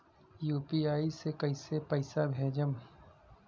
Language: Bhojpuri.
यू.पी.आई से कईसे पैसा भेजब?